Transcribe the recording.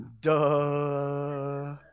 Duh